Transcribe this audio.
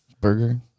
burger